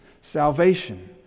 salvation